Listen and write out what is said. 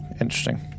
interesting